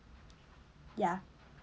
ya